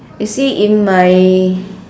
you see in my